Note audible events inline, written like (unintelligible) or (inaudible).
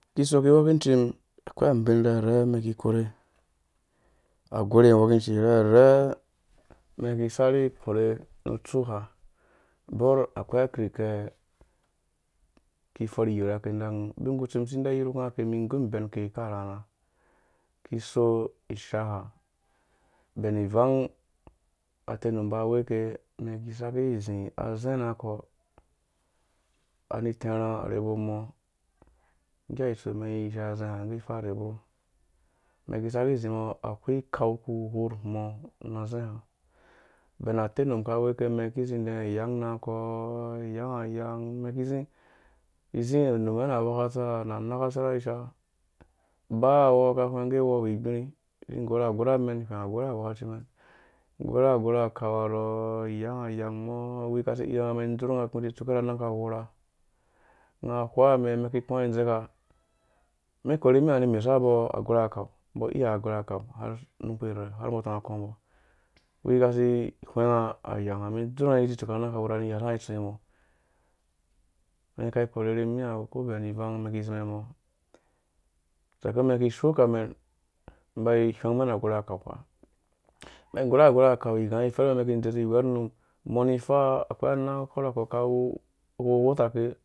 Kiso ki wokincim akwei abin irherhe mɛn ki korhe agorhe iwerkinci rherhe mɛn ki saki korhe nu tsuha borh akwei akirke mi ki fɔrh iyirhuwe ake ndakum binkutsu mi si de yirhukum ake ni nggum iben ake akarharha ni ki kiso ishaa ha ben ivang atenum ba weke mɛn ki saki zi azena kɔ ani tɛrha arhebo mɔ mgge ha itsu mɛn yisa azɛ ha gɛ ifa arhebo mɛn saki zi mɔ akwei ukau ku ghorh mɔ na zɛha ben atenum ba weke mɛn kizi nu mɛnaghokatsa ha na nakatserha ishaa ba wo ka hweng gɛ wo wu igbirhi zi gwerha agwerha mɛn ihweng agwerha agwerha mɛn ihweng agwerha awɔkackmɛn zi gwerha gwerha kaau arɔ iyang iyang mɔ wua kasi iya nga mɛn ku nga zi ku nga ki dzeka mɛn korhe nimiha ni mesuwe abɔ kasi hweng mbo agwerha kau har nu num kpu irhirhe har mbɔ tɔng aba kɔmbɔ wurhuwi ka si hwenga aynago mɛn dzurh nga zi tsuke na nang aka ghorha ni (unintelligible) yesa nga tsuwe mɔ men ki zi mɛn mɔ tseku mɛn kishoo kamen ba hweng mɛn agberha kau (hesitation) mɛn ba igwerha gwerha kau ighenga yerh mɛn mɛn ki dze zi hwerh num mɔ ni faa akwei anang akɔrhikɔ kawu ghoghotake